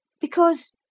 Because